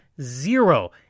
zero